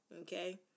okay